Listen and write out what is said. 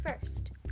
first